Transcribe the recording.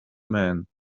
man